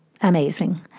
amazing